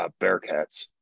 Bearcats